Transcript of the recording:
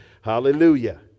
Hallelujah